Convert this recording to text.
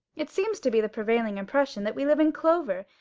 it seems to be the prevailing impression that we live in clover,